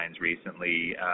recently